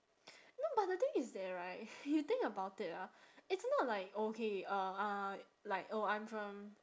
no but the thing is that right you think about it ah it's not like okay uh uh like oh I'm from